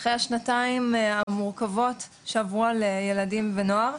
אחרי השנתיים המורכבות שעברו על ילדים ונוער,